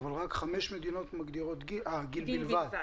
בל רק חמש מדינות גיל בלבד.